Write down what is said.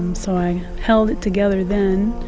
um so i held it together then.